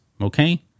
Okay